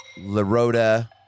LaRota